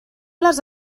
les